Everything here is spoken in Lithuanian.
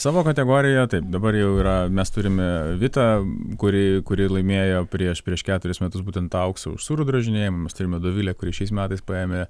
savo kategorijoje taip dabar jau yra mes turime vitą kuri kuri laimėjo prieš prieš keturis metus būtent tą auksą už sūrių drožinėjimus turime dovilę kuri šiais metais paėmė